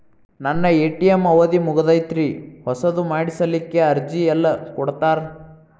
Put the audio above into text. ನನ್ನ ಎ.ಟಿ.ಎಂ ಅವಧಿ ಮುಗದೈತ್ರಿ ಹೊಸದು ಮಾಡಸಲಿಕ್ಕೆ ಅರ್ಜಿ ಎಲ್ಲ ಕೊಡತಾರ?